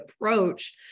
approach